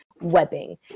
Webbing